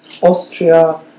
Austria